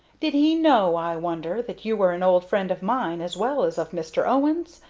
did he know, i wonder, that you were an old friend of mine, as well as of mr. owen's?